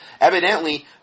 Evidently